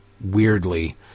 weirdly